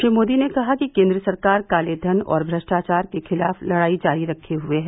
श्री मोदी ने कहा कि केंद्र सरकार काले धन और भ्रष्टाचार के खिलाफ लड़ाई जारी रखे हुए है